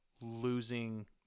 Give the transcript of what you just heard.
losing